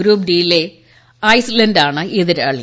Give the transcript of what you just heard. group D യിലെ ഐസ്ലാന്റാണ് എതിരാളി